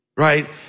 Right